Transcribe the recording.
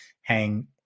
hang